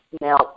Now